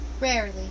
rarely